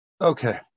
okay